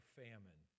famine